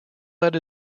that